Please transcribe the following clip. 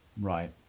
Right